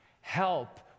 Help